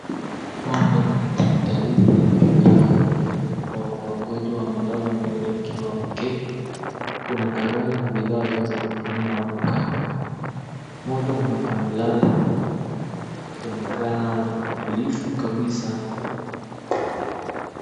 Mandhari ni ya hospitalini na kituo cha afya ambapo wagonjwa wamelala mmoja akiwa ameketi. Kuna karai na bidhaa zao za kutumia hapo kando. Mmoja analala akionekana mtulivu kabisa.